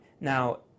Now